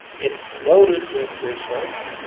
it's loaded with research.